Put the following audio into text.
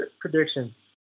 predictions